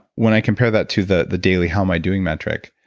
when i compare that to the the daily, how am i doing metric?